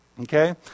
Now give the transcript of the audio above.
Okay